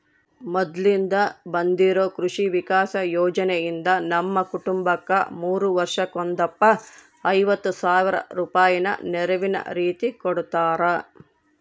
ಮೊದ್ಲಿಂದ ಬಂದಿರೊ ಕೃಷಿ ವಿಕಾಸ ಯೋಜನೆಯಿಂದ ನಮ್ಮ ಕುಟುಂಬಕ್ಕ ಮೂರು ವರ್ಷಕ್ಕೊಂದಪ್ಪ ಐವತ್ ಸಾವ್ರ ರೂಪಾಯಿನ ನೆರವಿನ ರೀತಿಕೊಡುತ್ತಾರ